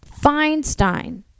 Feinstein